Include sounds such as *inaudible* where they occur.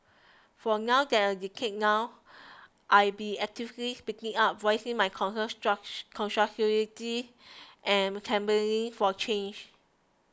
for *unintelligible* a decade now I've been actively speaking up voicing my concerns *unintelligible* constructively and campaigning for a change